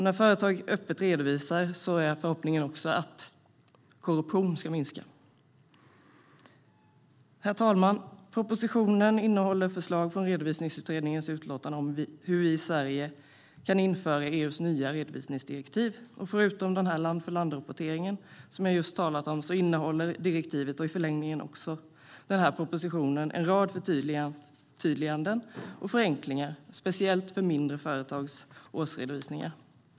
När företag använder sig av öppen redovisning är förhoppningen också att korruptionen ska minska. Herr talman! Propositionen innehåller förslag från Redovisningsutredningens utlåtande om hur vi i Sverige kan införa EU:s nya redovisningsdirektiv. Förutom land-för-land-rapporteringen innehåller direktivet, och i förlängningen också propositionen, en rad förtydliganden och förenklingar, speciellt för mindre företags årsredovisningar.